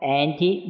anti